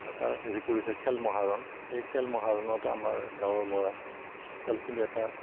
এটা হেৰি কৰিছে খেল মহাৰণ সেই খেল মহাৰণত আমাৰ গাঁৱৰ ল'ৰা ছোৱালীখিনি এটা